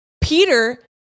Peter